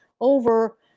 over